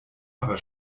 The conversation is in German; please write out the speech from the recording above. aber